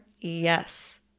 Yes